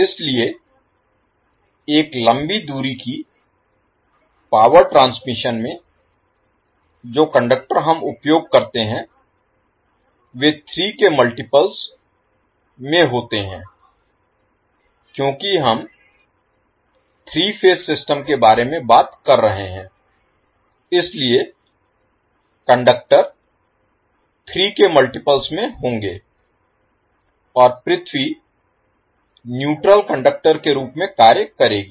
इसलिए एक लंबी दूरी की पावर ट्रांसमिशन में जो कंडक्टर हम उपयोग करते हैं वे 3 के मल्टीपल्स में होते हैं क्योंकि हम 3 फेज सिस्टम के बारे में बात कर रहे हैं इसलिए कंडक्टर 3 के मल्टीपल्स में होंगे और पृथ्वी न्यूट्रल कंडक्टर के रूप में कार्य करेगी